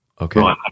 okay